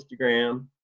Instagram